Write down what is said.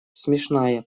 смешная